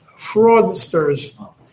fraudsters